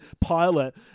pilot